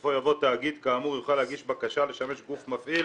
בסופו יבוא 'תאגיד כאמור יוכל להגיש בקשה לשמש גוף מפעיל